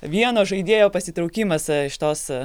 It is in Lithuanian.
vieno žaidėjo pasitraukimas iš tos